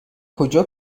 کجا